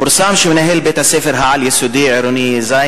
פורסם שמנהל בית-הספר העל-יסודי עירוני ז'